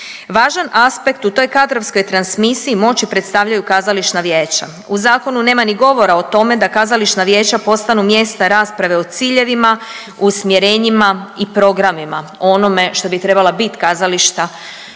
Važan aspekt u toj kadrovskoj transmisiji moći predstavljaju kazališna vijeća. U zakonu nema ni govora o tome da kazališna vijeća postanu mjesne rasprave o ciljevima, usmjerenjima i programima o onome što bi trebala bit kazališta